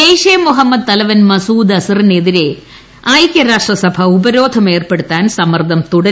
ജെയ്ഷെ മുഹമ്മദ് തലവൻ മസൂദ് അസറിനെതിരെ ഐക്യരാഷ്ട്ര സഭ ഉപരോധം ഏർപ്പെടുത്താൻ സമ്മർദ്ദം തുടരുമെന്ന് ഇന്ത്യ